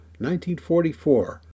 1944